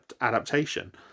adaptation